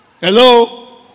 Hello